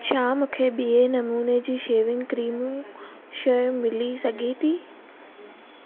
छा मूंखे ॿिए नमूने जी शेविंग क्रीमूं शइ मिली सघी थी